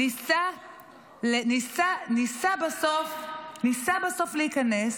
הוא ניסה בסוף להיכנס